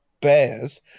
bears